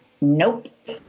Nope